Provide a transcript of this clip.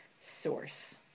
source